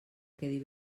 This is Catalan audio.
quedi